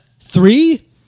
three